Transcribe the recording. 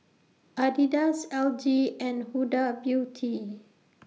Adidas L G and Huda Beauty